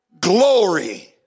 glory